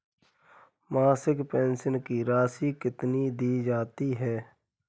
मासिक पेंशन की राशि कितनी दी जाती है?